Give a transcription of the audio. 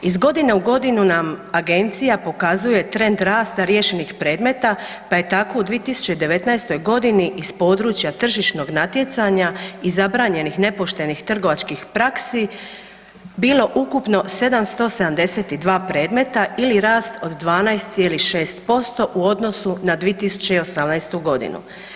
Iz godine u godinu nam agencija pokazuje trend rasta riješenih predmeta pa je tako u 2019. g., iz područja tržišnog natjecanja i zabranjenih nepoštenih trgovačkih praksi, bilo ukupno 772 predmeta ili rast od 12,6% u odnosu na 2018. godinu.